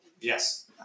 Yes